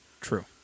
True